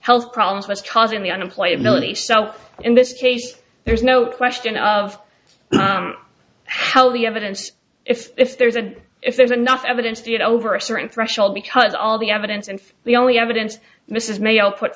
health problems was causing the unemployed melanie so in this case there's no question of how the evidence if if there is a if there's enough evidence to get over a certain threshold because all the evidence and the only evidence mrs mayo put